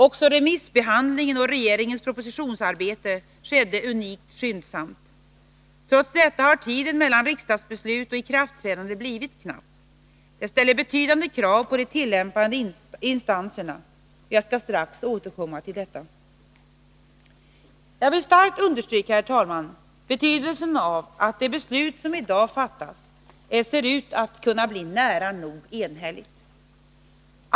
Också remissbehandlingen och regeringens propositionsarbete skedde unikt skyndsamt. Trots detta har tiden mellan riksdagsbeslut och ikraftträdande blivit knapp. Det ställer betydande krav på de tillämpande instanserna. Jag skall strax återkomma till detta. Jag vill, herr talman, starkt understryka betydelsen av att det beslut som i dag fattas ser ut att kunna bli nära nog enhälligt.